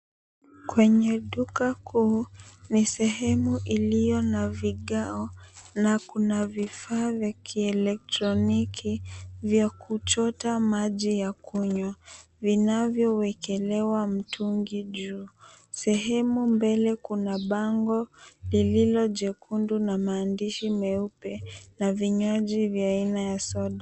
Kwenye duka ku𝑢 𝑛𝑖 sehemu iliyo na vigao na kuna vifaa vya kielektroniki vya kuchota maji ya kunywa vi𝑛𝑎vyowekelewa mtungi juu. Sehemu mbele kuna bango lililo jekundu na maandishi meupe na vinywaji vya aina ya soda.